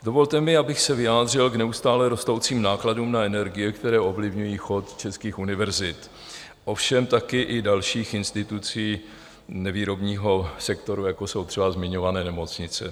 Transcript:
Dovolte mi, abych se vyjádřil k neustále rostoucím nákladům na energie, které ovlivňují chod českých univerzit, ovšem taky i dalších institucí nevýrobního sektoru, jako jsou třeba zmiňované nemocnice.